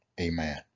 amen